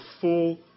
full